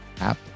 app